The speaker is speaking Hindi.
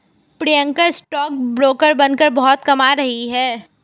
प्रियंका स्टॉक ब्रोकर बनकर बहुत कमा रही है